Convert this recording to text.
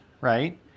right